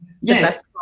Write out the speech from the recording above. Yes